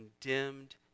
condemned